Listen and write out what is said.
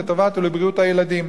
לטובתם ולבריאותם של הילדים.